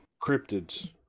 cryptids